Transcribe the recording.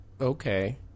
Okay